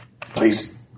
please